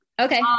Okay